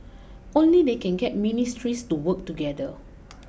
only they can get ministries to work together